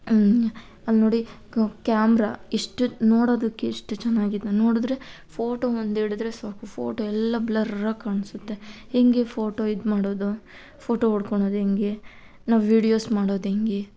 ಅಲ್ಲಿ ನೋಡಿ ಕ್ ಕ್ಯಾಮ್ರ ಎಷ್ಟು ನೋಡೋದಕ್ಕೆ ಎಷ್ಟು ಚೆನ್ನಾಗಿದೆ ನೋಡಿದ್ರೆ ಫೋಟೋ ಒಂದು ಹಿಡಿದ್ರೆ ಸಾಕು ಫೋಟೋ ಎಲ್ಲ ಬ್ಲರ್ರಾಗಿ ಕಾಣಿಸುತ್ತೆ ಹೆಂಗೆ ಫೋಟೋ ಇದು ಮಾಡೋದು ಫೋಟೋ ಹೊಡ್ಕೊಳೋದು ಹೆಂಗೆ ನಾವು ವೀಡಿಯೋಸ್ ಮಾಡೋದು ಹೆಂಗೆ